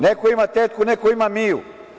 Neko ima tetku, neko ima Miju.